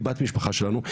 היא בת משפחה שלנו,